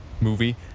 movie